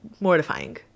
mortifying